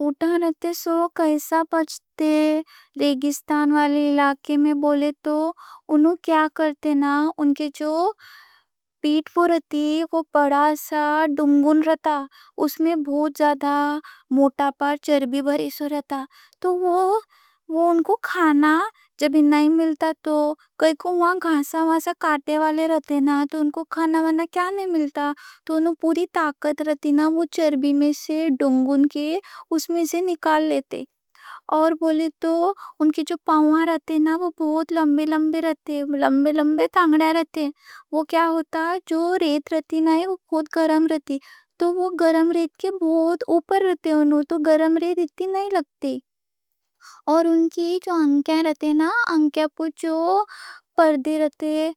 کیسا بچتے ریگستان والے علاقے میں بولے تو، انہوں کیا کرتے نا۔ اُن کے جو پیٹھ پہ رہتا، وہ بڑا سا ڈنگن رہتا، اُس میں بہت زیادہ موٹا پار چربی بھری سو رہتا۔ تو وہ انہوں کوں کھانا جب نئیں ملتا تو، انہوں پوری طاقت رہتی نا، وہ چربی میں سے ڈنگن میں سے نکال لیتے۔ اور بولے تو، اُن کی جو پاؤں رہتے نا، وہ بہت لمبے لمبے رہتے؛ جو ریت رہتی نا، وہ بہت گرم رہتی، تو وہ گرم ریت کے بہت اوپر رہتے، انہوں کو گرم ریت اتنی نئیں لگتی۔ اُن کی آنکیاں پہ جو پردے رہتے،